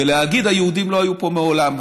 ולהגיד: היהודים לא היו פה מעולם,